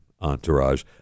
entourage